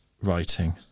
Writing